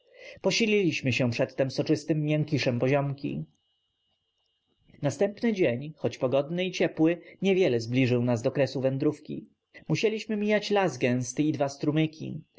posililiśmy się przedtem soczystym miękiszem poziomki następny dzień choć pogodny i ciepły niewiele zbliżył nas do kresu wędrówki musieliśmy mijać las gęsty i dwa strumyki